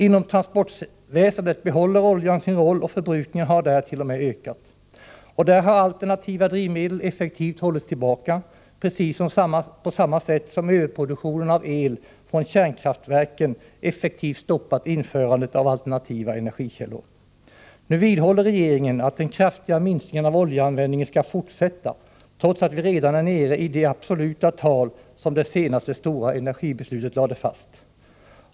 Inom transportväsendet behåller oljan sin roll och förbrukningen har t.o.m. ökat. Där har alternativa drivmedel effektivt hållits tillbaka, precis på samma sätt som överproduktionen av el från kärnkraftverken effektivt stoppat införandet av alternativa energikällor. Nu vidhåller regeringen att den kraftiga minskningen av oljeanvändningen skall fortsätta, trots att vi redan är nere i de absoluta tal som lades fast vid det senaste stora energibeslutet.